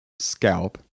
Scalp